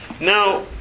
now